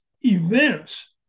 events